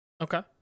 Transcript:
Okay